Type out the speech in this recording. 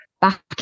back